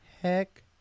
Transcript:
Heck